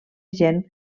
gent